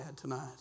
tonight